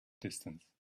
distance